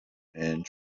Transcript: and